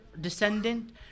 descendant